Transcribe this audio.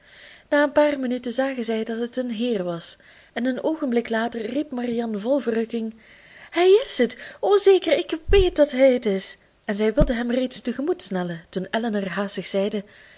na een paar minuten zagen zij dat het een heer was en een oogenblik later riep marianne vol verrukking hij is het o zeker ik weet dat hij het is en zij wilde hem reeds tegemoetsnellen toen elinor haastig zeide